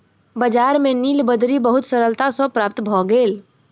बजार में नीलबदरी बहुत सरलता सॅ प्राप्त भ गेल